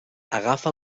agafa